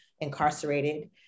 incarcerated